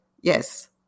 Yes